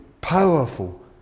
powerful